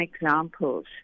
examples